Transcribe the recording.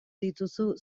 dituzu